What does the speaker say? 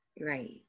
Right